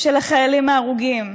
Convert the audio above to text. של החיילים ההרוגים.